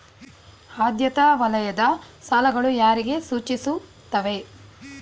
ಆದ್ಯತಾ ವಲಯದ ಸಾಲಗಳು ಯಾರಿಗೆ ಸೂಚಿಸುತ್ತವೆ?